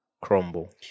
crumble